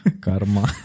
Karma